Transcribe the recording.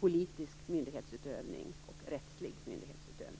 politisk myndighetsutövning och rättslig myndighetsutövning.